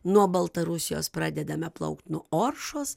nuo baltarusijos pradedame plaukt nuo oršos